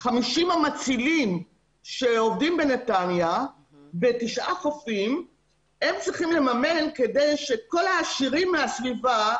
המצילים שעובדים בנתניה בתשעה חופים כדי שכל העשירים מהסביבה,